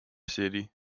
city